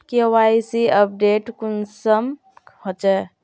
KYC update कुंसम होचे?